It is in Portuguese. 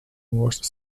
mostra